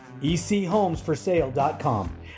echomesforsale.com